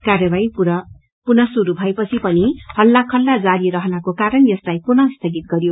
कार्यवाही पुनः शुरू भएपछि पनि हल्लाखल्ला जारी रहनको कारण यसलाई पुनः स्थगित गरियो